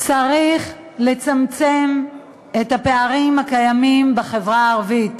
צריך לצמצם את הפערים הקיימים בחברה הערבית.